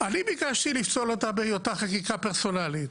אני ביקשתי לפסול אותה בהיותה חקיקה פרסונלית.